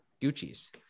Gucci's